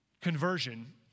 conversion